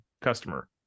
customer